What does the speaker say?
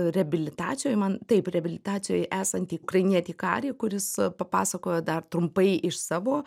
reabilitacijoj man taip reabilitacijoj esantį ukrainietį karį kuris papasakojo dar trumpai iš savo